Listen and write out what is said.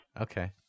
Okay